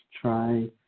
try